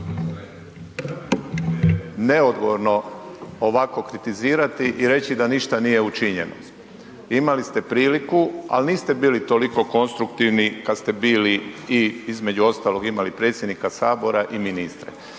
Neodgovorno ovako kritizirati i reći da ništa nije učinjeno. Imali ste priliku ali niste bili toliko konstruktivni kad ste bili i između ostalog imali predsjednika sabora i ministre.